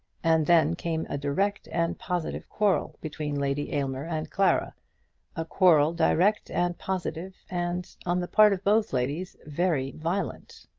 and then came a direct and positive quarrel between lady aylmer and clara a quarrel direct and positive, and, on the part of both ladies, very violent.